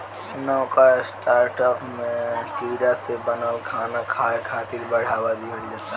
नवका स्टार्टअप में कीड़ा से बनल खाना खाए खातिर बढ़ावा दिहल जाता